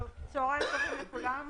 צוהריים טובים לכולם.